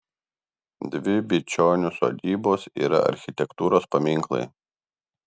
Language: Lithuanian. dvi bičionių sodybos yra architektūros paminklai